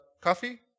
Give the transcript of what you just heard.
coffee